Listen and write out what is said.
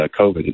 COVID